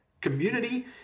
Community